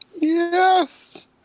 Yes